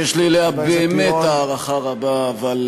שיש לי אליה באמת הערכה רבה.